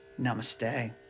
namaste